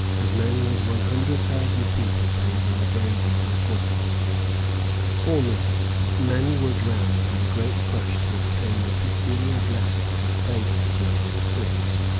as many as one hundred thousand people bathe in the ganges at once formerly many were drowned in the great crush to obtain the peculiar blessings of bathing during an eclipse,